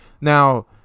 Now